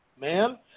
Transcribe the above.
Man